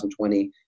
2020